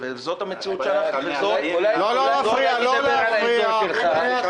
לא מדברים על האזור שלך.